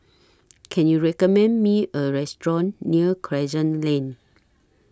Can YOU recommend Me A Restaurant near Crescent Lane